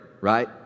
right